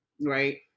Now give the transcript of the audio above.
right